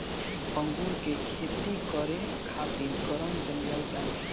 अंगूर के खेती करे खातिर गरम जलवायु चाही